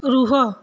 ରୁହ